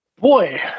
Boy